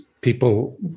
people